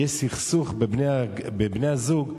יש סכסוך בין בני-הזוג,